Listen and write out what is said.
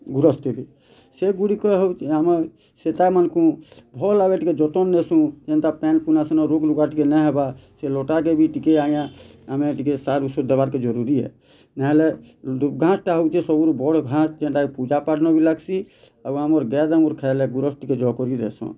ଗୁରସ୍ ଦେବେ ସେ ଗୁଡ଼ିକ ହେଉଛି ଆମେ ସେତା ମାନଙ୍କୁ ଭଲ୍ ଭାବେ ଟିକେ ଜତନ୍ ନେସୁଁ ଯେନ୍ତା ପାଏନ୍ ପୁନା ସେନ ରୋଗ୍ ରୁଗା ଟିକେ ନାଇଁ ହେବା ସେ ଲଟାକେ ବି ଟିକେ ଆଜ୍ଞା ଆମେ ଟିକେ ସାର୍ ଔଷଧ ଦେବାକେ ଜରୁରୀ ନାଇଁ ହେଲେ ଯୋ ଗାଁର୍ ଟା ହେଉଛେ ସବୁରୁ ବଡ଼ ଘାଁସ୍ ଯେନ୍ଟାକି ପୂଜା ପାଠ୍ ନଁ ବି ଲାଗ୍ସି ଆଉ ଆମର୍ ଗାଏ ଦାମୁର୍ ଖାଏଲେ ଗୁରସ୍ ଟିକେ ଜହଁ କରି ଦେସନ୍